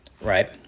right